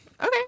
okay